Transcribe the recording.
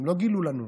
הם לא גילו לנו.